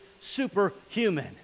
superhuman